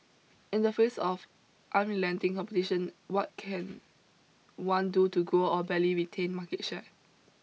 in the face of unrelenting competition what can one do to grow or barely retain market share